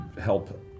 help